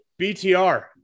BTR